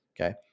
Okay